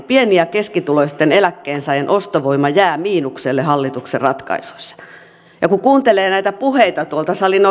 pieni ja keskituloisen eläkkeensaajan ostovoima jää miinukselle hallituksen ratkaisuissa kun kuuntelee näitä salin